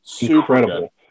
Incredible